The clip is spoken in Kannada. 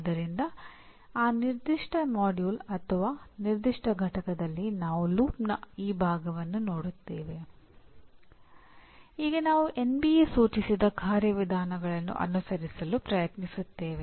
ಆದ್ದರಿಂದ ನೀವು ಪ್ರೋಗ್ರಾಂ ಅಥವಾ ಪಠ್ಯಕ್ರಮದ ಬಗ್ಗೆ ಮಾತನಾಡಲು ಬಯಸಿದರೆ ಹೊಣೆಗಾರರ ನಡುವಿನ ಚರ್ಚೆಯು ಪರಿಣಾಮಗಳ ದೃಷ್ಟಿಯಿಂದ ಆಗಿರಬಹುದು